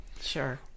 Sure